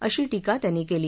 अशी टीका त्यांनी केली